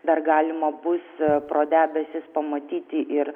dar galima bus pro debesis pamatyti ir